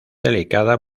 delicada